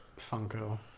Funko